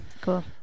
Cool